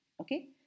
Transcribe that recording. okay